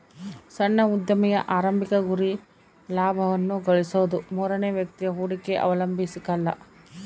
ಸಣ್ಣ ಉದ್ಯಮಿಯ ಆರಂಭಿಕ ಗುರಿ ಲಾಭವನ್ನ ಗಳಿಸೋದು ಮೂರನೇ ವ್ಯಕ್ತಿಯ ಹೂಡಿಕೆ ಅವಲಂಬಿಸಕಲ್ಲ